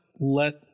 let